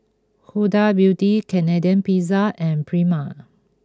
Huda Beauty Canadian Pizza and Prima